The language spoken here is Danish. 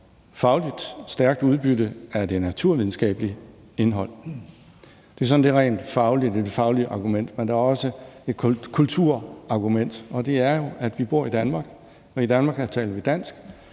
fagligt stærkt udbytte af det naturvidenskabelige indhold. Det er det sådan rent faglige argument. Men der er også et kulturargument, og det er jo, at vi bor i Danmark, og i Danmark taler vi dansk.